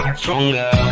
stronger